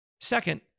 Second